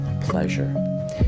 pleasure